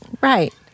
right